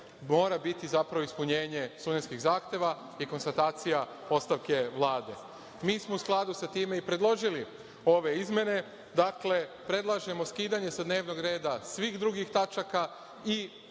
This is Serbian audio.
mora biti zapravo ispunjenje studentskih zahteva i konstatacija ostavke Vlade. Mi smo u skladu sa tim predložili ove izmene. Dakle, predlažemo skidanje sa dnevnog reda svih drugih tačaka i